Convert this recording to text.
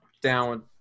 down